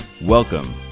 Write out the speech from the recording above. Welcome